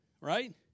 Right